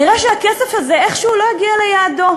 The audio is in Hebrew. נראה שהכסף הזה איכשהו לא הגיע ליעדו.